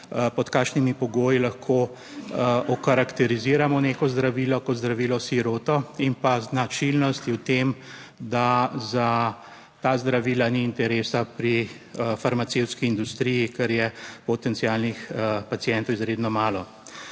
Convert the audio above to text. pod kakšnimi pogoji lahko okarakteriziramo neko zdravilo kot zdravilo siroto in pa značilnost v tem, da za ta zdravila ni interesa pri farmacevtski industriji, ker je potencialnih pacientov izredno malo.